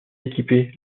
équiper